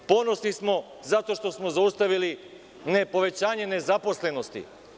Ponosni smo zato što smo zaustavili povećanje nezaposlenosti.